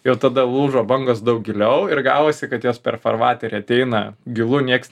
ir tada lūžo bangos daug giliau ir gavosi kad jos per farvaterį ateina gilu nieks